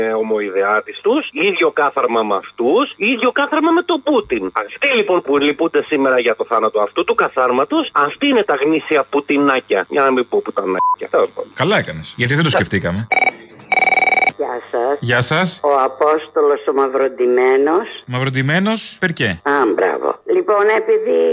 Ε, ομοϊδεάτης τους, ίδιο κάθαρμα μ' αυτούς, ίδιο κάθαρμα με τον Πούτιν. Αυτοί, λοιπόν, που λυπούνται σήμερα για το θάνατο αυτού του καθάρματος, αυτοί είναι τα γνήσια Πουτινάκια. Για να μην πω πουτανάκια. Τέλος πάντων. Καλά έκανες. Γιατί δεν το Τα- σκεφτήκαμε. Γεια σας. Γεια σας. Ο Απόστολος ο Μαυροντυμένος. Μαυροντυμένος, perché? Α, μπράβο. Λοιπόν, επειδή